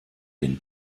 den